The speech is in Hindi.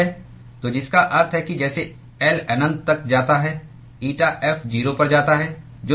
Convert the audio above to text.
तो जिसका अर्थ है कि जैसे L अनंत तक जाता है eta f 0 पर जाता है जो सही है